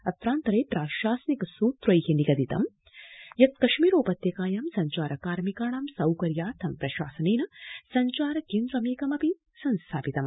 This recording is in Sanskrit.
अत्रान्तरे प्राशासनिक सूत्रै निगदितं यत् कश्मीरोपत्यकायां सब्चार कार्मिकाणां सौकर्याथं प्रशासनेन सब्चार केन्द्रमेकं स्थापितम्